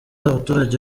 abaturage